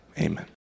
amen